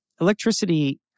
electricity